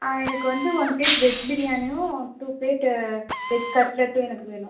ஆ எனக்கு வந்து one plate veg பிரியாணியும் டூ ப்லேட் வெஜ் கட்லட்டும் எனக்கு வேணும்